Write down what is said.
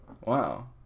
wow